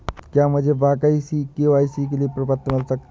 क्या मुझे के.वाई.सी के लिए प्रपत्र मिल सकता है?